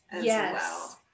yes